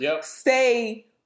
stay